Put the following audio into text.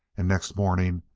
and next morning,